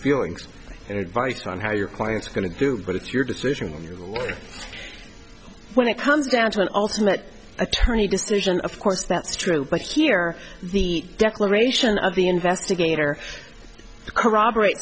feelings and advice on how your client's going to do but it's your decision when it comes down to an ultimate attorney decision of course that's true but here the declaration of the investigator corroborate